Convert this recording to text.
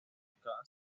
cada